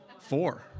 Four